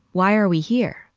why are we here?